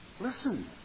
Listen